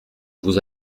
vous